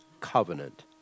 covenant